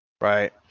Right